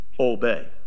obey